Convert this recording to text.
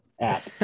app